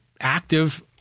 active